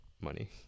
money